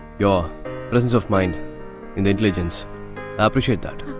yeah presence of mind and intelligence, i appreciate it